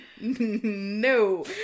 no